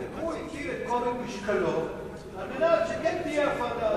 והוא הפעיל את כובד משקלו על מנת שכן תהיה ההפרדה הזאת.